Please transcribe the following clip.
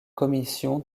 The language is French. commission